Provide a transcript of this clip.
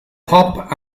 pop